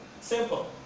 Simple